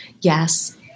Yes